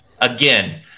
Again